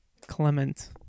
Clement